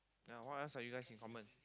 ya what else are you guys in common